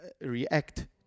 react